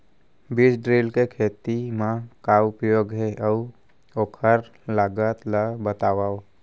बीज ड्रिल के खेत मा का उपयोग हे, अऊ ओखर लागत ला बतावव?